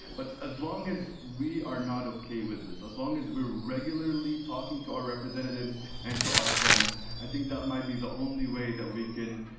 but as long as we are not okay with this, as long as we are regularly talking to our representatives and to our friends, i think that might be the only way that we can,